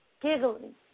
giggling